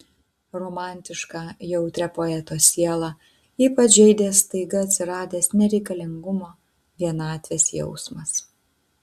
romantišką jautrią poeto sielą ypač žeidė staiga atsiradęs nereikalingumo vienatvės jausmas